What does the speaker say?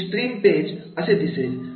हे stream page असे दिसेल